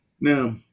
Now